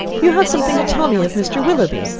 you have something to tell me of mr. willoughby,